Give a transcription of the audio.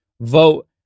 vote